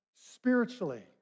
Spiritually